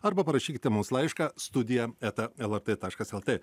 arba parašykite mums laišką studija eta lrt taškas lt